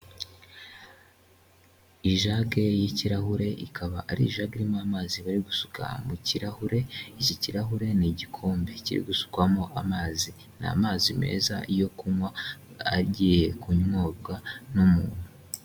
Ijage y'ikirahure ikaba ari ijage irimo amazi bari gusuka mu kirahure iki kirahure ni igikombe kiri gusukwamo amazi ni amazi meza yo kunywa agiye kunyobwa n'umuntu.